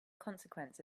consequence